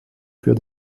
für